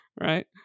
Right